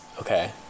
Okay